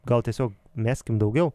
gal tiesiog meskim daugiau